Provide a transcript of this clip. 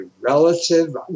relative